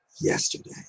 yesterday